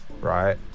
right